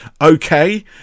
okay